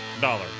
Dollar